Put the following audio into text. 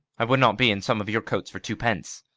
i would not be in some of your coats for twopence.